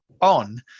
on